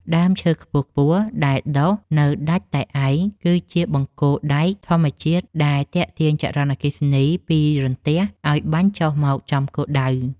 ដើមឈើខ្ពស់ៗដែលដុះនៅដាច់តែឯងគឺជាបង្គោលដែកធម្មជាតិដែលទាក់ទាញចរន្តអគ្គិសនីពីរន្ទះឱ្យបាញ់ចុះមកចំគោលដៅ។